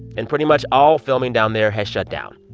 and pretty much all filming down there has shut down.